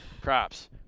props